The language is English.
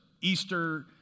Easter